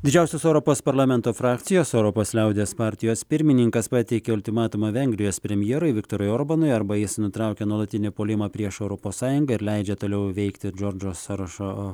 didžiausios europos parlamento frakcijos europos liaudies partijos pirmininkas pateikė ultimatumą vengrijos premjerui viktorui orbanui arba jis nutraukė nuolatinį puolimą prieš europos sąjungą ir leidžia toliau veikti džordžo sorošo